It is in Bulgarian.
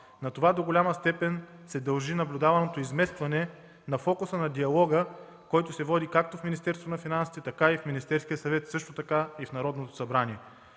На това до голяма степен се дължи наблюдаваното изместване на фокуса на диалога, който се води както в Министерството на финансите, така и в Министерския съвет, а също и в Народното събрание